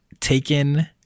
taken